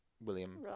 William